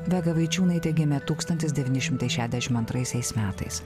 vega vaičiūnaitė gimė tūkstantis devyni šimtai šešiasdešimt antraisiais metais